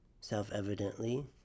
self-evidently